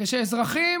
כשאזרחים,